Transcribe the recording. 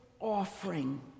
offering